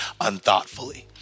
unthoughtfully